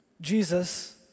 Jesus